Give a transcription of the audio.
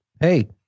Hey